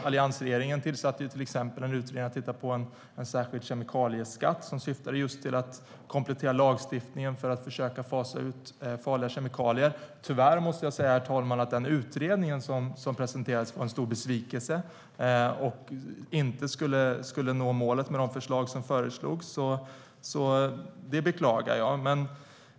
Alliansregeringen tillsatte till exempel en utredning som skulle titta på en särskild kemikalieskatt som syftade till att komplettera lagstiftningen för att försöka fasa ut farliga kemikalier. Tyvärr måste jag säga, herr talman, att den utredning som presenterades var en stor besvikelse. Vi skulle inte nå målen med de förslag som där föreslogs. Det beklagar jag.